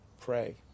pray